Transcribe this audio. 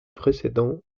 précédent